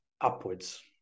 upwards